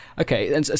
Okay